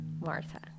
Martha